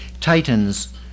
titans